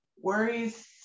worries